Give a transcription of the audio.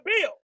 bill